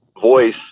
voice